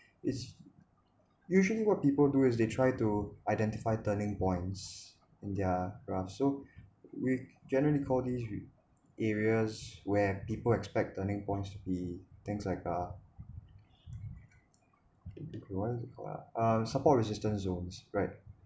is usually what people do is they try to identify turning points in their graph so we generally call these areas where people expect turning points to be things like uh uh support resistance zones spread